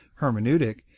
hermeneutic